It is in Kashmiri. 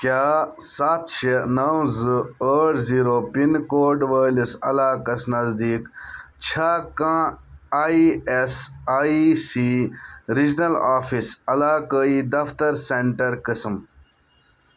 کیٛاہ سَتھ شےٚ نو زٕ ٲٹھ زیٖرو پِن کوڈ وٲلِس علاقس نزدیٖک چھا کانٛہہ I S I C regional office علاقٲیی دفتر سینٹر قٕسم